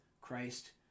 Christ